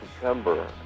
September